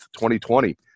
2020